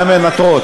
מה הן מנטרות.